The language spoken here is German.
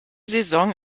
saison